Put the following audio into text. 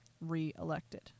re-elected